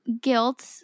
guilt